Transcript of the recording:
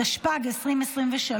התשפ"ד 2024,